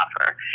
offer